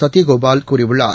சத்யகோபால் கூறியுள்ளார்